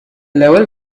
level